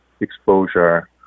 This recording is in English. exposure